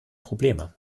probleme